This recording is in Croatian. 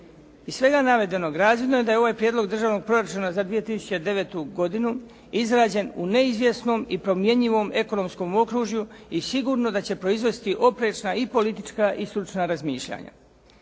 Iz svega navedenog razvidno je da je ovaj Prijedlog državnog proračuna za 2009. godinu izrađen u neizvjesnom i promjenjivom ekonomskom okružju i sigurno da će proizvesti oprečna i politička i stručna razmišljanja.